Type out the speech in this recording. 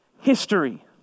history